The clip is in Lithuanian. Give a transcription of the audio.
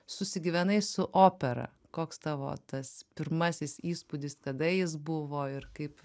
susigyvenai su opera koks tavo tas pirmasis įspūdis tada jis buvo ir kaip